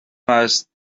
است